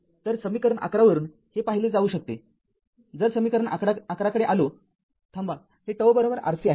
तर समीकरण ११ वरून हे पाहिले जाऊ शकते जर समीकरण ११ कडे आलो थांबा हे ζ RC आहे